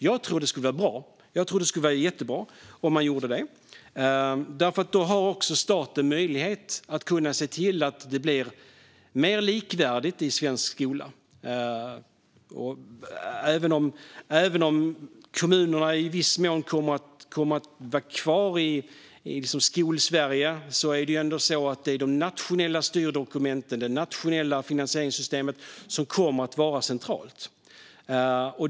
Jag tror att det skulle vara jättebra om man gjorde den förändringen, för då skulle staten också ha möjlighet att se till att det blev mer likvärdigt i svensk skola. Även om kommunerna i viss mån kommer att vara kvar i Skolsverige är det ändå så att det är de nationella styrdokumenten och de nationella finansieringssystemen som kommer att vara centrala.